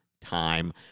time